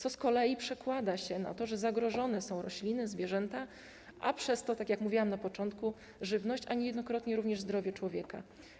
To z kolei przekłada się na to, że zagrożone są rośliny, zwierzęta, a przez to - tak jak mówiłam na początku - żywność, a niejednokrotnie również zdrowie człowieka.